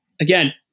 again